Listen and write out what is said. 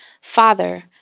Father